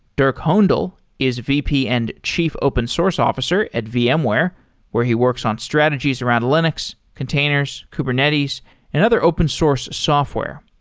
dirk hohndel is vp and chief open source officer at vmware where he works on strategies around linux, containers, kubernetes and other open source software.